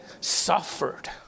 suffered